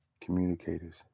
communicators